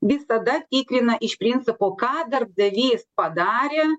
visada tikrina iš principo ką darbdavys padarė